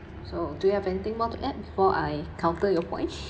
so do you have anything more to add before I counter your points